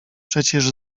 przecież